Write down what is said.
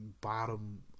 bottom